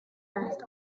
fast